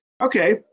Okay